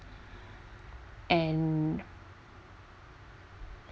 and